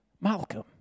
Malcolm